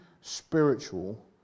spiritual